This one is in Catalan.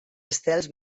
estels